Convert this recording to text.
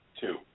two